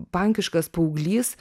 pankiškas paauglys